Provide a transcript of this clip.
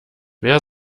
wer